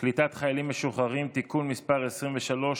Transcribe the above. קליטת חיילים משוחררים (תיקון מס' 23),